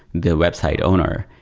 the website owner,